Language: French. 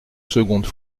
seconde